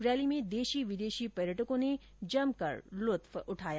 rally में देशी विदेशी पर्यटकों ने जमकर लुत्फ उठाया